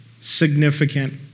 significant